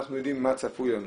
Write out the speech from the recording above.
אנחנו יודעים מה צפוי לנו